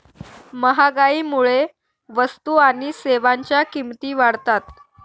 महागाईमुळे वस्तू आणि सेवांच्या किमती वाढतात